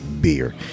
Beer